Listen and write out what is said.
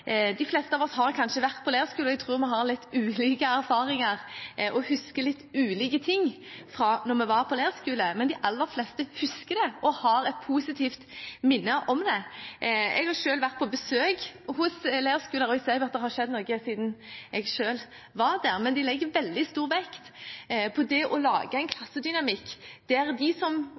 De fleste av oss har kanskje vært på leirskole. Jeg tror vi har litt ulike erfaringer og husker litt ulike ting fra da vi var på leirskole, men de aller fleste husker det og har et positivt minne om det. Jeg har selv vært på besøk hos leirskoler, og jeg ser jo at det har skjedd noe siden jeg selv var der, men de legger veldig stor vekt på det å lage en klassedynamikk der de som